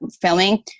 filming